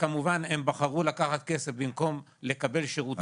וכמובן הם בחרו לקחת כסף במקום לקבל שירותים.